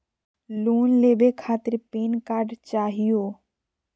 Loan लेवे खातीर PAN card चाहियो?